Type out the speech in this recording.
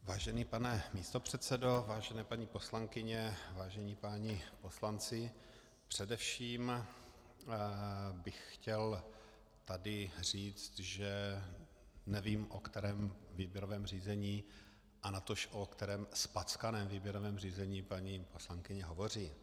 Vážený pane místopředsedo, vážené paní poslankyně, vážení páni poslanci, především bych chtěl tady říct, že nevím, o kterém výběrovém řízení a natož o kterém zpackaném výběrovém řízení paní poslankyně hovoří.